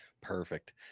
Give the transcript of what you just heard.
Perfect